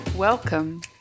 welcome